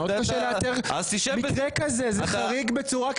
זה חריג בצורה קיצונית.